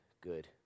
good